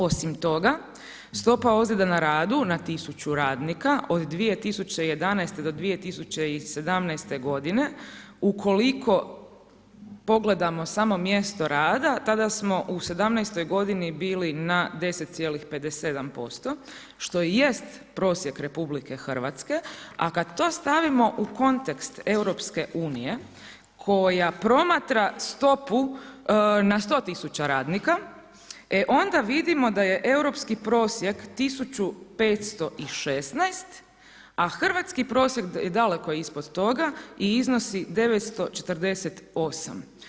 Osim toga stopa ozljeda na radu na tisuću radnika od 2011. do 2017. godine ukoliko pogledamo samo mjesto rada tada smo u '17. godini bili na 10,57% što i jest prosjek RH a kada to stavimo u kontekst EU koja promatra stopu na 100 tisuća radnika e onda vidimo da je europski prosjek 1516 a hrvatski prosjek je daleko ispod toga i iznosi 948.